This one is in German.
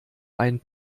einen